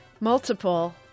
multiple